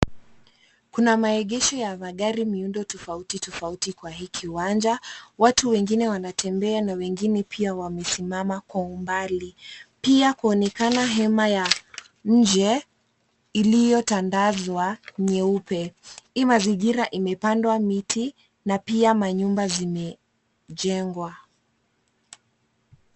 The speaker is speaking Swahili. Kuna maegesho ya magari miundo tofauti tofauti kwa hii kiwanja. Watu wengine wanatembea wengine pia wamesimama kwa umbali. Pia kuonekana hema ye nje iliyotandanzwa nyeupe. Hii mazingira imepandwa miti na pia nyumba zimejengwa.